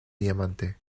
diamante